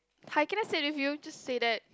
hi can I stay with you just say that